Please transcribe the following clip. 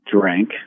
drank